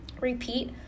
Repeat